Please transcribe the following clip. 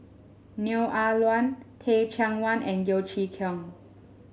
Neo Ah Luan Teh Cheang Wan and Yeo Chee Kiong